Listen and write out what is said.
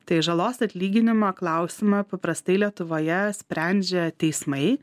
tai žalos atlyginimo klausimą paprastai lietuvoje sprendžia teismai